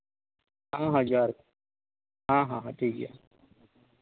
ᱦᱚᱸ ᱦᱚᱸ ᱡᱚᱦᱟᱨ ᱜᱮ ᱦᱮᱸ ᱦᱚᱸ ᱦᱚᱸ ᱴᱷᱤᱠᱜᱮᱭᱟ